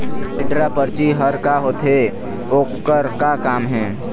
Withdraw परची हर का होते, ओकर का काम हे?